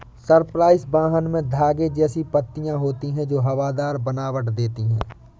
Cyprus vine में धागे जैसी पत्तियां होती हैं जो हवादार बनावट देती हैं